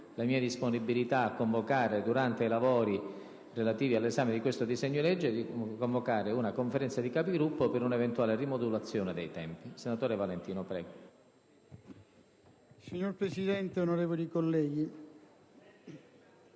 Signor Presidente, onorevoli colleghi,